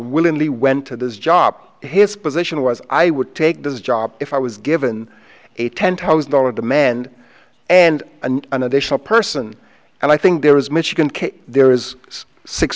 willingly went to this job his position was i would take this job if i was given a ten toes dollars demand and an additional person and i think there is michigan there is a six